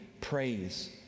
praise